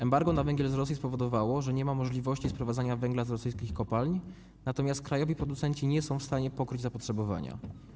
Embargo na węgiel z Rosji spowodowało, że nie ma możliwości sprowadzania węgla z rosyjskich kopalń, natomiast krajowi producenci nie są w stanie pokryć zapotrzebowania.